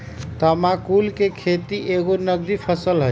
तमाकुल कें खेति एगो नगदी फसल हइ